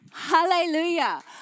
Hallelujah